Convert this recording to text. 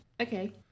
Okay